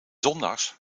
zondags